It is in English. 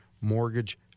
mortgage